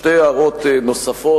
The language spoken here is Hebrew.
שתי הערות נוספות.